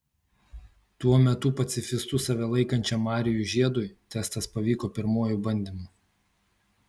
tuo metu pacifistu save laikančiam marijui žiedui testas pavyko pirmuoju bandymu